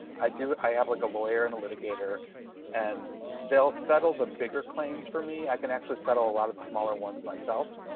i do. i have like a lawyer and a litigator and they'll settle the bigger claims for me. i can actually settle a lot of the smaller ones myself.